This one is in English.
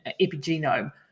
epigenome